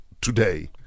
today